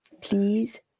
please